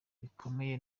bikomeye